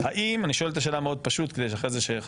זה לא